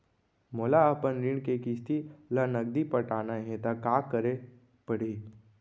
मोला अपन ऋण के किसती ला नगदी पटाना हे ता का करे पड़ही?